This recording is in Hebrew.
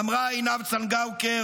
אמרה עינב צנגאוקר,